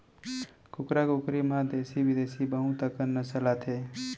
कुकरा कुकरी म देसी बिदेसी बहुत अकन नसल आथे